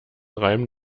reim